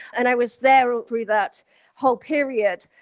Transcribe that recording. and i was there through that whole period.